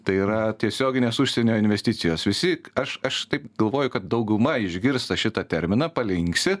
tai yra tiesioginės užsienio investicijos visi aš aš taip galvoju kad dauguma išgirsta šitą terminą palinksi